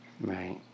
Right